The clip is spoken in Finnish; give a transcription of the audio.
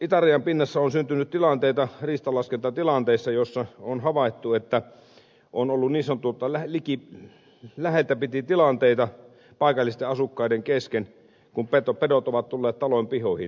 itärajan pinnassa on syntynyt riistanlaskentatilanteissa tilanteita joissa on havaittu että on ollut niin sanottuja läheltä piti tilanteita paikallisten asukkaiden kesken kun pedot ovat tulleet talojen pihoihin